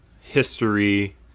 history